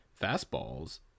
fastballs